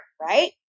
Right